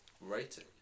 rating